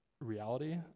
reality